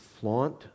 flaunt